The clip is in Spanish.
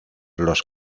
los